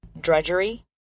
drudgery